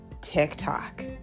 TikTok